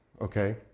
okay